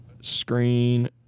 screen